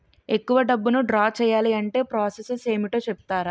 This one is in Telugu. ఎక్కువ డబ్బును ద్రా చేయాలి అంటే ప్రాస సస్ ఏమిటో చెప్తారా?